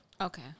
Okay